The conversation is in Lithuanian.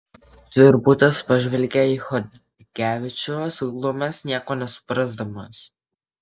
tvirbutas pažvelgia į chodkevičių suglumęs nieko nesuprasdamas